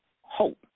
hope